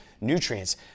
nutrients